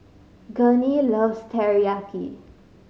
Gurney loves Teriyaki